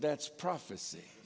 that's prophecy